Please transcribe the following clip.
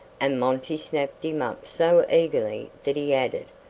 and monty snapped him up so eagerly that he added,